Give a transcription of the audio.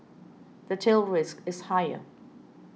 the tail risk is higher